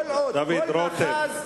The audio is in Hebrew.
דוד רותם,